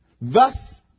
Thus